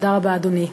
תודה רבה, אדוני.